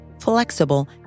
flexible